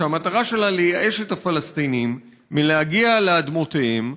שהמטרה שלה לייאש את הפלסטינים מלהגיע לאדמותיהם,